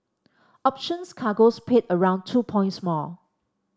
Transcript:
options cargoes paid around two points more